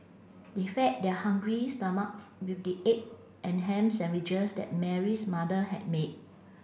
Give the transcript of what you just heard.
they fed their hungry stomachs with the egg and ham sandwiches that Mary's mother had made